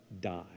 die